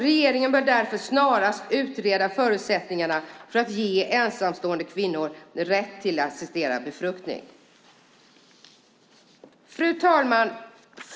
Regeringen bör därför snarast utreda förutsättningarna för att ge ensamstående kvinnor rätt till assisterad befruktning. Fru talman!